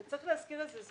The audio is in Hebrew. וצריך להזכיר את זה,